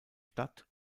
stadt